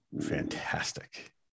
Fantastic